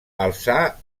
alçar